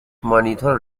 مانیتور